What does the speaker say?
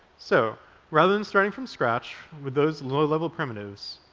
so rather than starting from scratch with those low-level primitives,